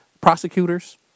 prosecutors